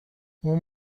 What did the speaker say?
اون